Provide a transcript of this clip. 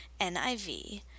NIV